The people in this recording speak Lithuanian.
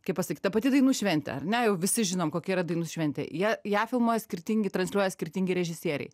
kaip pasakyt ta pati dainų šventė ar ne jau visi žinom kokia yra dainų šventė jie ją filmuoja skirtingi transliuoja skirtingi režisieriai